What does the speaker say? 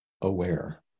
aware